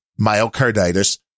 myocarditis